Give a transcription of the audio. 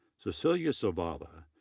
cecilia zavala,